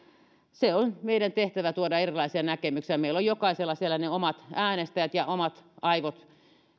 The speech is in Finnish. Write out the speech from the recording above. tehtävä on tuoda erilaisia näkemyksiä meillä on jokaisella ne omat äänestäjät ja omat aivot